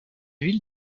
ville